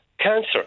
Cancer